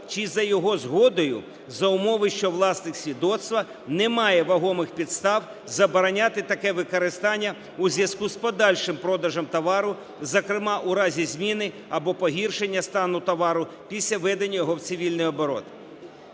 чи за його згодою, за умови, що власник свідоцтва не має вагомих підстав забороняти таке використання у зв'язку з подальшим продажем товару, зокрема у разі зміни або погіршення стану товару після введення його в цивільний оборот".